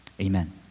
amen